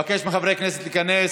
אני מבקש מחברי הכנסת להיכנס.